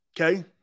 Okay